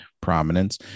prominence